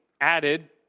added